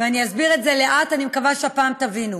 ואני אסביר את זה לאט, ואני מקווה שהפעם תבינו.